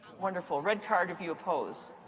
wonderful. red card, if you oppose.